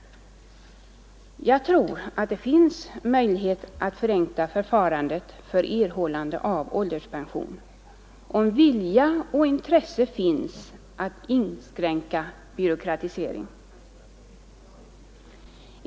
Jag tror att det finns möjlighet att förenkla förfarandet för erhållande av ålderspension om vilja och intresse att inskränka byråkratiseringen finns.